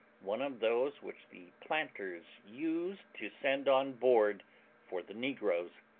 one of those which the planters used to send on board for the negroes.